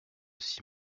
six